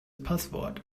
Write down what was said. passwort